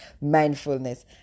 mindfulness